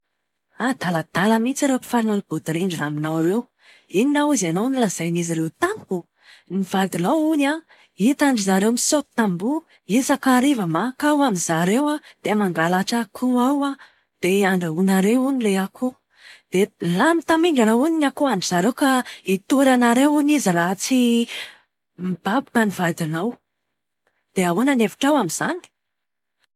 Adaladala mihintsy ireo mpifanolo-bodirindrina aminao ireo! Inona hozy ianao no nolazain’izy ireo tamiko? Ny vadinao hono an, hitan-dry zareo misaoty tamboho isan-kariva mankao amin'izareo dia mangalatra akoho ao an, dia andrahoinareo hono ilay akoho. Dia lany tamingana hono ny akohon-dry zareo ka hitory anareo izy raha tsy mibaboka ny vadinao. Dia ahoana ny hevitra amin'izany?